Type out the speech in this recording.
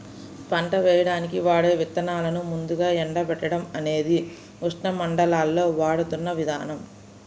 పంట వేయడానికి వాడే విత్తనాలను ముందుగా ఎండబెట్టడం అనేది ఉష్ణమండలాల్లో వాడుతున్న విధానం